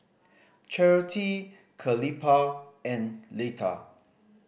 Charity and Letta